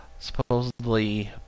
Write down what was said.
supposedly